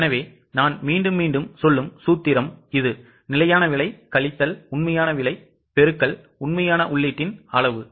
எனவே நான் மீண்டும் மீண்டும் சொல்லும் சூத்திரம் இது நிலையான விலை கழித்தல் உண்மையான விலை பெருக்கல் உண்மையான உள்ளீட்டின் அளவு